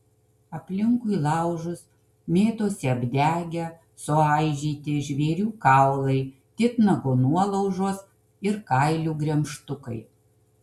aplinkui laužus mėtosi apdegę suaižyti žvėrių kaulai titnago nuolaužos ir kailių gremžtukai